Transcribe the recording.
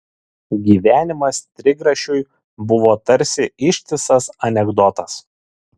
gyvenimas trigrašiui buvo tarsi ištisas anekdotas